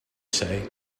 say